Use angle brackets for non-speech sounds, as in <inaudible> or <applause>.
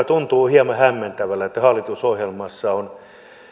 <unintelligible> tuntuu hieman hämmentävälle että hallitusohjelmassa on